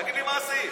תגיד לי מה הסעיף.